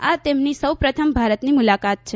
આ તેમની સૌ પ્રથમ ભારતની મુલકાત છે